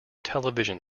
television